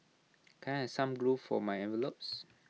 can I some glue for my envelopes